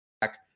back